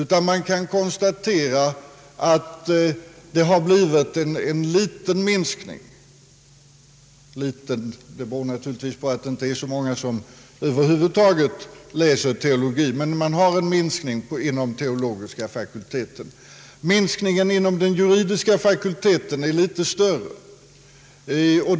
Man har en liten minskning inom den teologiska fakulteten; det är ju inte så många som över huvud taget läser teologi. Minskningen inom den juridiska fakulteten är något större.